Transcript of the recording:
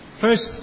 First